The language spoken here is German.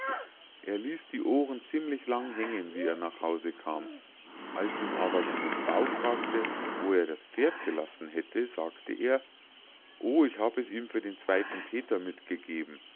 er ließ die ohren ziemlich lang hängen wie er nach hause kam als ihn aber seine frau fragte wo er das pferd gelassen hätte sagte er o ich hab es ihm für den zweiten peter mitgegeben